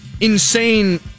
insane